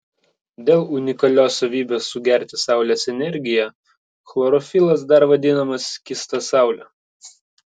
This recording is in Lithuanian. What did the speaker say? dėl unikalios savybės sugerti saulės energiją chlorofilas dar vadinamas skysta saule